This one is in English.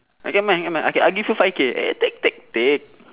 okay mine nevermind lah okay I give you five K ah take take take